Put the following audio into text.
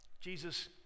Jesus